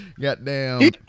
goddamn